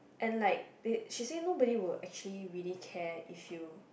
and like they she say nobody will actually really care if you